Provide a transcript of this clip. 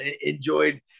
enjoyed –